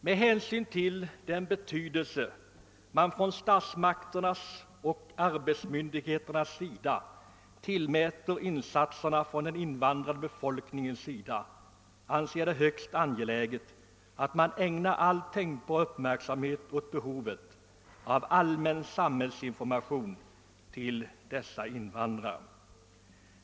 Med hänsyn till den betydelse som både statsmakterna och arbetsmarknadsmyndigheterna tillmäter insatserna från den invandrade befolkningen anser jag det högst angeläget, att man ägnar all tänkbar uppmärksamhet åt behovet av allmän samhällsinformation till våra invandrare.